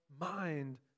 mind